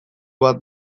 bat